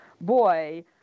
Boy